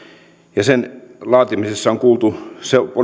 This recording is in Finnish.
ja sen laatimisessa on kuultu